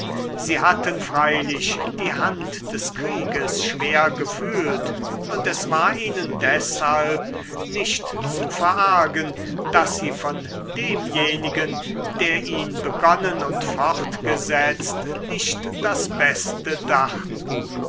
sie hatten freilich die hand des krieges schwer gefühlt und es war ihnen deshalb nicht zu verargen daß sie von demjenigen der ihn begonnen und fortgesetzt nicht das beste dachten